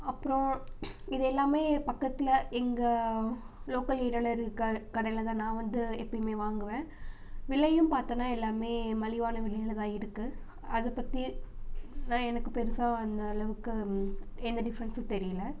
அப்புறம் இது எல்லாமே பக்கத்தில் எங்கள் லோக்கல் ஏரியாவில் இருக்க கடையில் தான் நான் வந்து எப்பவுமே வாங்குவேன் விலையும் பார்த்தோன்னா எல்லாமே மலிவான விலையில் தான் இருக்குது அதை பற்றி தான் எனக்கு பெருசாக அந்த அளவுக்கு எந்த டிஃப்ரென்ஸும் தெரியல